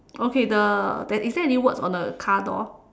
okay the there is there any words on the car door